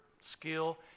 skill